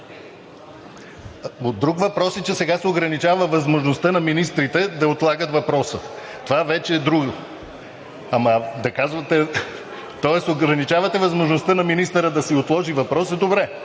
Друг въпрос е, че сега се ограничава възможността на министрите да отлагат въпроса. Това вече е друго, тоест ограничавате възможността на министъра да си отложи въпроса, добре.